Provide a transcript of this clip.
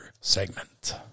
segment